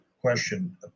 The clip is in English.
question